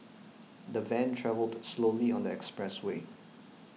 the van travelled slowly on the expressway